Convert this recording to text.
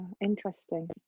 interesting